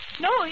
No